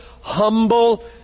humble